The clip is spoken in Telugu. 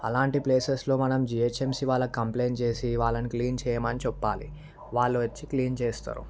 అలాంటి ప్లేసెస్లో మనం జిహెచ్ఎంసి వాళ్లకు కంప్లయింట్ చేసి వాళ్ళను క్లీన్ చెయ్యమని చెప్పాలి వాళ్ళు వచ్చి క్లీన్ చేస్తారు